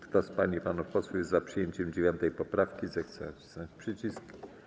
Kto z pań i panów posłów jest za przyjęciem 9. poprawki, zechce nacisnąć przycisk.